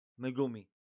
Megumi